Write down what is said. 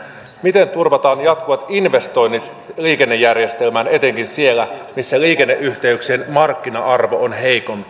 miten turvataan jatkuvat investoinnit liikennejärjestelmään etenkin siellä missä liikenneyhteyksien markkina arvo on heikompi